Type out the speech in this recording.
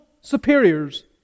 superiors